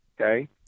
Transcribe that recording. Okay